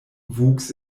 wuchs